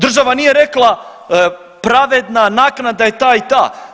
Država nije rekla pravedna naknada je ta i ta.